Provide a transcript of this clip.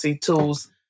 tools